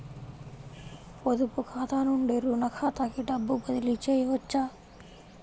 పొదుపు ఖాతా నుండీ, రుణ ఖాతాకి డబ్బు బదిలీ చేయవచ్చా?